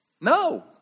No